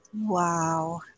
Wow